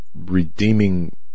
redeeming